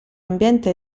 ambiente